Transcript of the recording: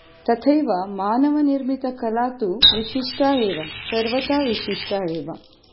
तथैव मानवनिर्मितकला तु विशिष्टा एव सर्वदा विशिष्टा एव